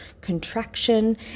contraction